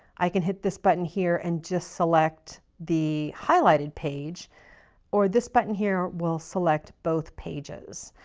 i can hit this button here and just select the highlighted page or this button here will select both pages.